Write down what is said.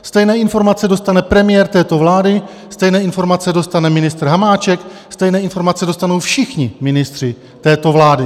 Stejné informace dostane premiér této vlády, stejné informace dostane ministr Hamáček, stejné informace dostanou všichni ministři této vlády.